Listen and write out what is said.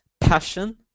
Passion